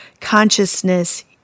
consciousness